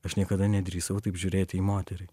aš niekada nedrįsau taip žiūrėti į moterį